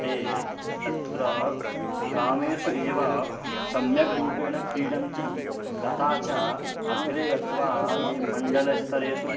ते तत्र ग्रामेषु एव सम्यक् रूपेण क्रीडन्ति तथा च अग्रे गत्वा ये मण्डलस्तरेषु